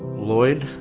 lloyd